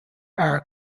are